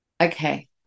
Okay